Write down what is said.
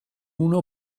uno